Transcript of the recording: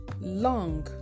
long